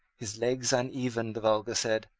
his legs uneven, the vulgar said,